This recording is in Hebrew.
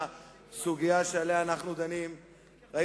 לסוגיה שאנחנו דנים בה,